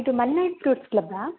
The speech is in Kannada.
ಇದು ಮಲ್ನಾಡ್ ಫ್ರೂಟ್ಸ್ ಕ್ಲಬ್ಬಾ